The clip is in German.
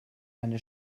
eine